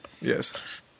Yes